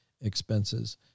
expenses